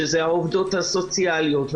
העובדות הסוציאליות,